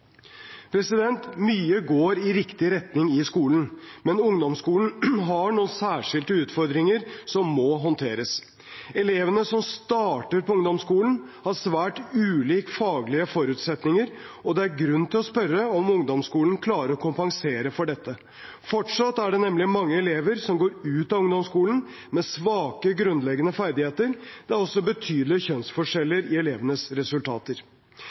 Mye går i riktig retning i skolen, men ungdomsskolen har noen særskilte utfordringer som må håndteres. Elevene som starter på ungdomsskolen, har svært ulike faglige forutsetninger, og det er grunn til å spørre om ungdomsskolen klarer å kompensere for dette. Fortsatt er det nemlig mange elever som går ut av ungdomsskolen med svake grunnleggende ferdigheter. Det er også betydelige kjønnsforskjeller i elevenes resultater.